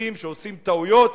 ופקידים שעושים טעויות,